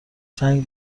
جنگ